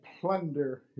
plunder